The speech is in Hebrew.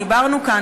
דיברנו כאן,